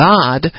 God